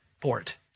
port